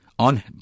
on